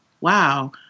wow